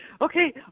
okay